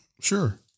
Sure